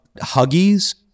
Huggies